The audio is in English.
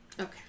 Okay